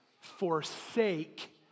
Forsake